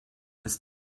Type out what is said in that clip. ist